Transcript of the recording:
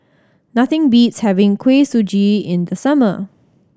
nothing beats having Kuih Suji in the summer